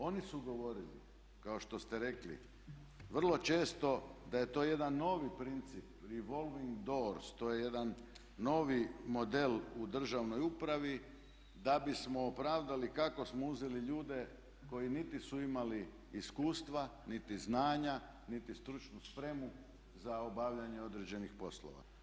Oni su govorili kao što ste rekli vrlo često da je to jedan novi princip revolving doors, to je jedan novi model u državnoj upravi da bismo opravdali kako smo uzeli ljude koji niti su imali iskustva, niti znanja, niti stručnu spremu za obavljanje određenih poslova.